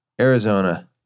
Arizona